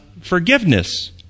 forgiveness